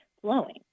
flowing